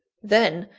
then,